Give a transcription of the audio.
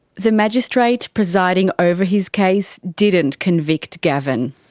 the magistrate presiding over his case didn't convict gavin.